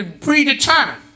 predetermined